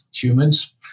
humans